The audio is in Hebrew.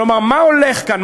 כלומר, מה הולך כאן?